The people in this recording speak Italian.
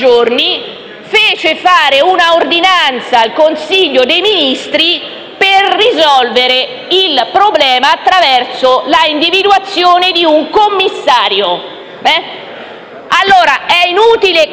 fece fare una ordinanza al Consiglio dei ministri per risolvere il problema attraverso l'individuazione di un commissario. È inutile che